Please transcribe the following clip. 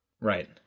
Right